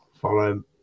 follow